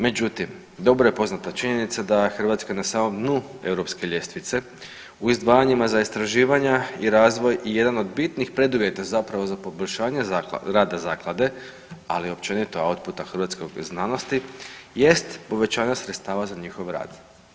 Međutim, dobro je poznata činjenica da je Hrvatska na samom dnu Europske ljestvice u izdvajanjima za istraživanja i razvoj i jedan od bitnih preduvjeta zapravo za poboljšanje rada zaklade, ali općenito ovog puta hrvatske znanosti jest povećanje sredstava za njihov rad.